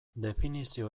definizio